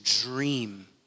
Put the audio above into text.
dream